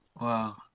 wow